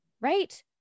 right